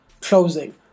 closing